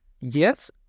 yes